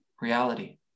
reality